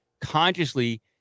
consciously